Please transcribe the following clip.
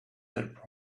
that